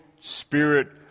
Spirit